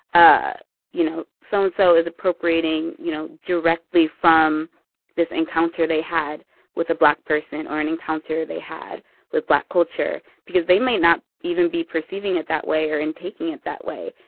ah you know, so-and-so is appropriating, you know, directly from this encounter they had with a black person or an encounter they had with black culture because they might not even be perceiving it that way or and taking it that way.